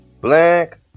black